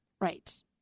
Right